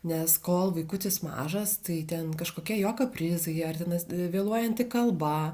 nes kol vaikutis mažas tai ten kažkokie jo kaprizai ar tenais vėluojanti kalba